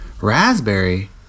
raspberry